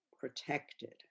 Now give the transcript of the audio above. protected